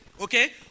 okay